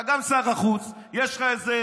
אתה גם שר החוץ, יש לך איזה